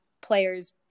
players